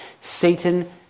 Satan